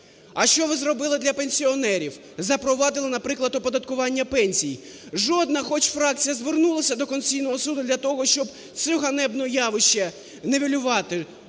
А що ви зробили для пенсіонерів? Запровадили, наприклад, оподаткування пенсій. Жодна хоч фракція звернулася до Конституційного суду для того, щоб це ганебне явище нівелювати?